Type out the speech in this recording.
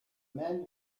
men